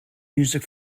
music